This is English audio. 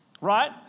Right